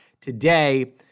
today